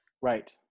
Right